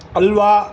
halwa